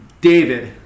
David